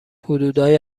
حدودای